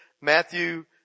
Matthew